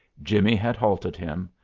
jimmie had halted him,